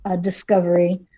discovery